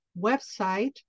website